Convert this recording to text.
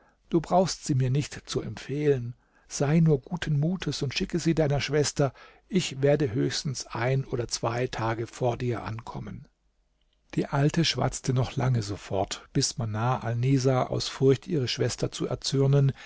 du brauchst sie mir nicht zu empfehlen sei nur guten mutes und schicke sie deiner schwester ich werde höchstens ein oder zwei tage vor dir ankommen die alte schwatzte noch lange so fort bis manar alnisa aus furcht ihre schwester zu erzürnen